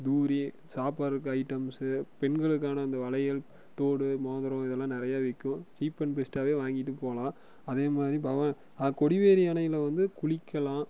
தூறி சாப்புடுறதுக்கு ஐட்டம்ஸ்ஸு பெண்களுக்கான அந்த வளையல் தோடு மோதிரம் இதெல்லாம் நிறைய விக்கும் ச்சீப் அண்ட் பெஸ்ட்டாவே வாங்கிட்டு போகலாம் அதே மாதிரி பவானி கொடிவேரி அணையில் வந்து குளிக்கலாம்